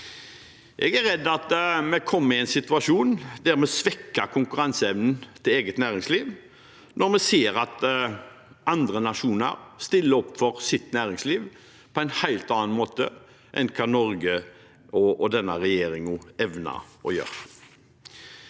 Jeg er redd for at vi kommer i en situasjon der vi svekker konkurranseevnen til eget næringsliv når vi ser at andre nasjoner stiller opp for sitt næringsliv på en helt annen måte enn hva Norge og denne regjeringen evner å gjøre.